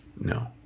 no